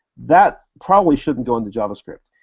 that probably shouldn't go into javascript,